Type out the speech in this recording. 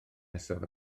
nesaf